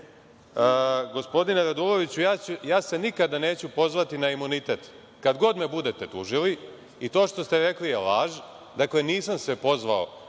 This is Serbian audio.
mene. Gospodine Raduloviću, ja se nikada neću pozvati na imunitet, kad god me budete tužili i to što ste rekli je laž. Dakle, nisam se pozvao